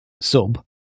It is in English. sub